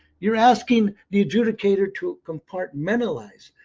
you are asking the adjudicator to compartmentalize.